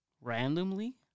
Randomly